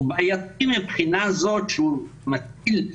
הוא בעייתי מהבחינה הזאת שהוא מטיל,